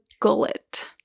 gullet